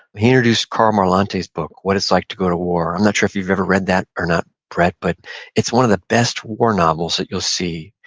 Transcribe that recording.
he introduced karl marlantes' book what it is like to go to war. i'm not sure if you've ever read that or not, brett, but it's one of the best war novels that you'll see.